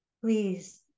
please